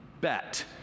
bet